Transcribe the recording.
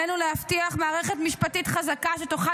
עלינו להבטיח מערכת משפטית חזקה שתוכל